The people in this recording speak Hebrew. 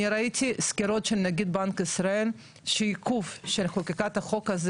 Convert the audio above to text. אני ראיתי סקירות של נגיד בנק ישראל שעיכוב של חקיקת החוק הזה